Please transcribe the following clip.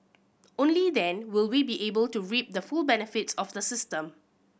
only then will we be able to reap the full benefits of the system